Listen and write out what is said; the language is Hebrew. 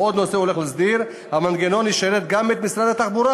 ועוד נושא הוא הולך להסדיר: המנגנון ישרת גם את משרד התחבורה.